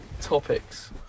Topics